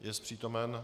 Jest přítomen?